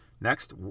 Next